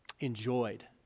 enjoyed